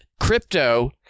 crypto